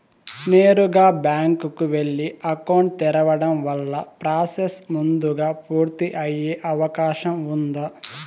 నేరుగా బ్యాంకు కు వెళ్లి అకౌంట్ తెరవడం వల్ల ప్రాసెస్ ముందుగా పూర్తి అయ్యే అవకాశం ఉందా?